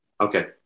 Okay